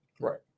Right